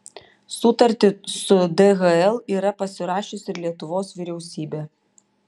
sutartį su dhl yra pasirašiusi ir lietuvos vyriausybė